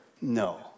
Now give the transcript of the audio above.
No